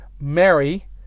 Mary